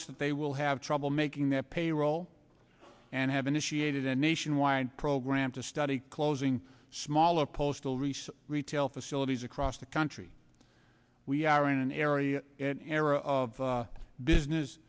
us that they will have trouble making their payroll and have initiated a nationwide program to study closing smaller postal reese retail facilities across the country we are in an area an area of